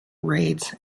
raids